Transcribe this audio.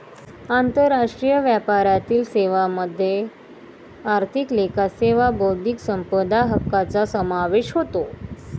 आंतरराष्ट्रीय व्यापारातील सेवांमध्ये आर्थिक लेखा सेवा बौद्धिक संपदा हक्कांचा समावेश होतो